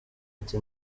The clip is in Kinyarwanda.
ati